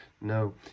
No